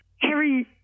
Harry